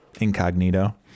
incognito